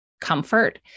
comfort